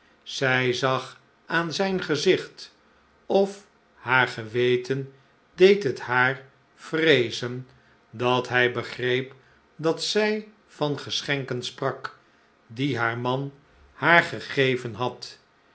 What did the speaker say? zij zag aan zijn gezicht of haar geweten deed het haar vreezen dat hij begreep dat zij van geschenken sprak die haar man haar gegeven had